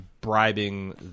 bribing